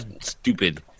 stupid